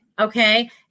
Okay